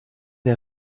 der